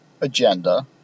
agenda